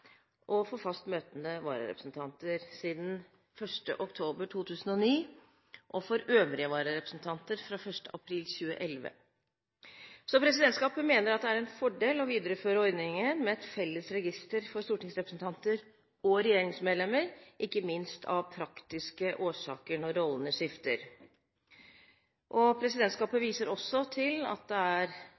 og for fast møtende vararepresentanter siden 1. oktober 2009 og for øvrige vararepresentanter fra 1. april 2011. Presidentskapet mener det er en fordel å videreføre ordningen med et felles register for stortingsrepresentanter og regjeringsmedlemmer, ikke minst av praktiske årsaker når rollene skifter. Presidentskapet viser også til at det er